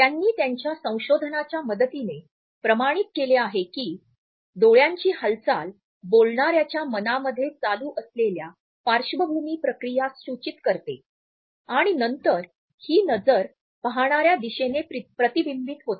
त्यांनी त्यांच्या संशोधनाच्या मदतीने प्रमाणित केले आहे की डोळ्यांची हालचाल बोलणाऱ्याच्या मनामध्ये चालू असलेल्या पार्श्वभूमी प्रक्रिया सूचित करते आणि नंतर ही नजर पाहणार्या दिशेने प्रतिबिंबित होते